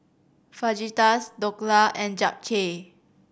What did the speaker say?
Fajitas Dhokla and Japchae